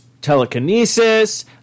telekinesis